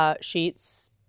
Sheets